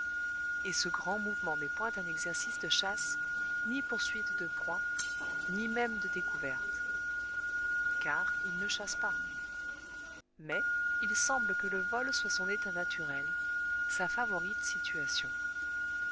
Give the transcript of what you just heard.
et ce grand mouvement n'est point un exercice de chasse ni poursuite de proie ni même de découverte car il ne chasse pas mais il semble que le vol soit son état naturel sa favorite situation